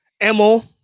emil